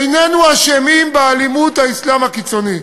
איננו אשמים באלימות האסלאם הקיצוני.